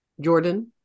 Jordan